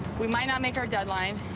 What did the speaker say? we might not make our deadline.